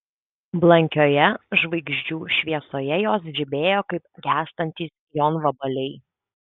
blankioje žvaigždžių šviesoje jos žibėjo kaip gęstantys jonvabaliai